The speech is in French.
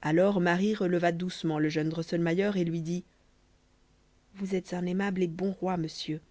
alors marie releva doucement le jeune drosselmayer et lui dit vous êtes un aimable et bon roi monsieur